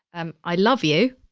and i love you.